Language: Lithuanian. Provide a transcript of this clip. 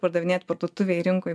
pardavinėt parduotuvėj rinkoj